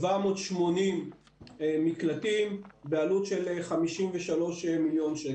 780 מקלטים בעלות של 53 מיליון שקלים.